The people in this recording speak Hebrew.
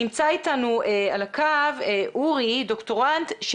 נמצא איתנו על הקו אורי, דוקטורנט.